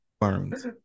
burns